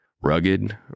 Rugged